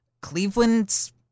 Cleveland's